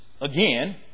again